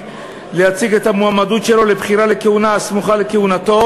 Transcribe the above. להציג את המועמדות לבחירה לכהונה הסמוכה לכהונתו,